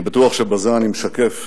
אני בטוח שבזה אני משקף